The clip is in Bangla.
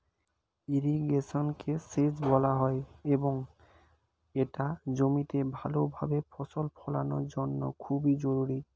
ইরিগেশনকে সেচ বলা হয় এবং এটা জমিতে ভালোভাবে ফসল ফলানোর জন্য খুবই জরুরি